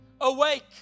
awake